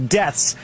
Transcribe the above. deaths